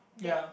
ya